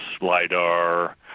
LiDAR